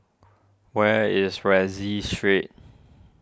where is Rienzi Street